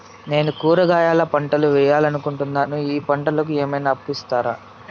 నేను కూరగాయల పంటలు వేయాలనుకుంటున్నాను, ఈ పంటలకు ఏమన్నా అప్పు ఇస్తారా?